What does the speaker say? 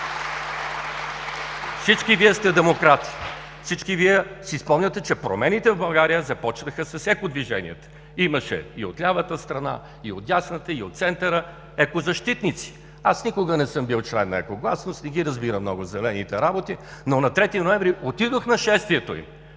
Всички Вие сте демократи, всички Вие си спомняте, че промените в България започнаха с екодвиженията. Имаше и от лявата страна, и от дясната, и от центъра екозащитници. Аз никога не съм бил член на „Екогласност“, не ги разбирам много зелените работи, но на 3 ноември отидох на шествието им